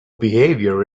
behavior